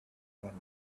one